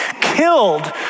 killed